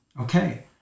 Okay